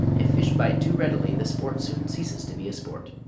if fish bite too readily the sport soon ceases to be a sport.